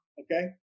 Okay